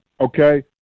Okay